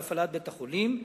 להפעלת בית-החולים,